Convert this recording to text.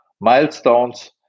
milestones